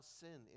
sin